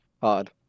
hard